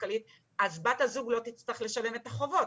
כלכלית אז בת הזוג לא תצטרך לשלם את החובות.